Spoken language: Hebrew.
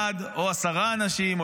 בא אדם אחד או עשרה אנשים,